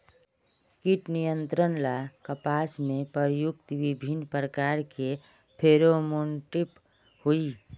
कीट नियंत्रण ला कपास में प्रयुक्त विभिन्न प्रकार के फेरोमोनटैप होई?